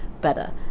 better